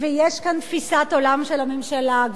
ויש כאן תפיסת עולם של הממשלה.